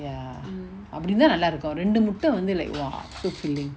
ya அப்டிந்தா நல்லா இருக்கு ரெண்டு முட்ட வந்து:apdintha nalla iruku rendu mutta vanthu like !wah! so fillng